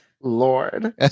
Lord